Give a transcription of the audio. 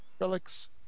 relics